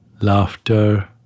laughter